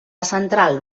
central